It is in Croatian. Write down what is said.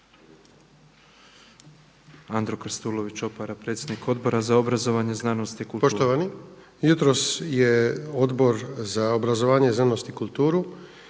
Andru Krstulović Opara, predsjednik Odbora za obrazovanje, znanost i kulturu.